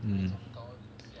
mm